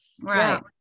right